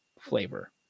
flavor